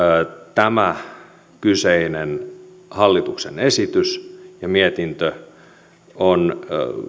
tämä kyseinen hallituksen esitys ja mietintö on